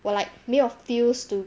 我 like 没有 feels to